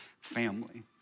family